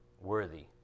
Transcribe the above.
worthy